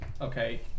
okay